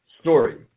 story